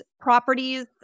properties